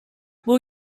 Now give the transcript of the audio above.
will